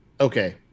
Okay